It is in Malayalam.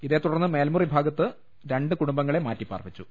ഇതേതു ടർന്ന് മേൽമുറി ഭാഗത്ത് നിന്ന് രണ്ട് കുടുംബങ്ങളെ മാറ്റിപ്പാർപ്പി ച്ചു